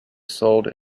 sold